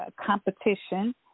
competition